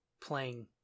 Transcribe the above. playing